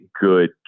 good